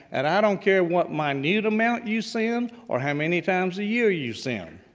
and i don't care what minute amount you send, or how many times a year you send,